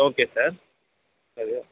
okay sir சரி